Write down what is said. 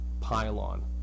pylon